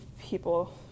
people